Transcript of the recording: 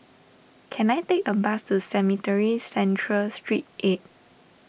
can I take a bus to Cemetry Central Street eighth